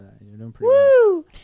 Woo